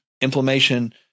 inflammation